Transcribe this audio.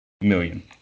million